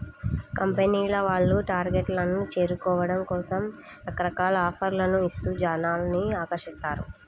కంపెనీల వాళ్ళు టార్గెట్లను చేరుకోవడం కోసం రకరకాల ఆఫర్లను ఇస్తూ జనాల్ని ఆకర్షిస్తారు